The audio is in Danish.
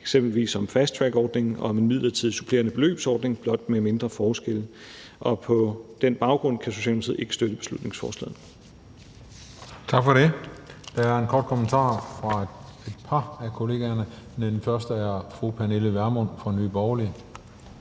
eksempelvis om fasttrackordningen og om en midlertidig supplerende beløbsordning, blot med mindre forskelle. På den baggrund kan Socialdemokratiet ikke støtte beslutningsforslaget.